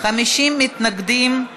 50 מתנגדים.